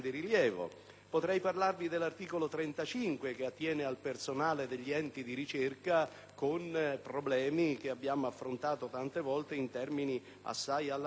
Potrei parlarvi dell'articolo 35, che attiene al personale degli enti di ricerca, con problemi che abbiamo affrontato tante volte in termini assai allarmati